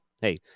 hey